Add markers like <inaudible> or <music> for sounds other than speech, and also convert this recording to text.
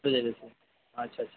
<unintelligible> अच्छा अच्छा